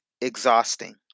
exhausting